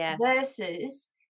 versus